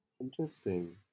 Interesting